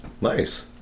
Nice